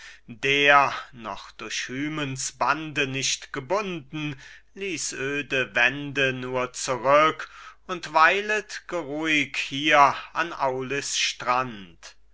der noch durch hymens bande nicht gebunden ließ öde wände nun zurück und weilet geruhig hier an aulis strand